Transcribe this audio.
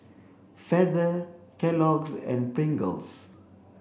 Feather Kellogg's and Pringles